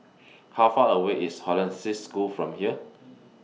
How Far away IS Hollandse School from here